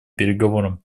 переговорам